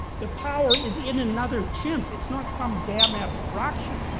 the power is in another chimp, it's not some damn abstraction.